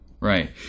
Right